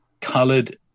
coloured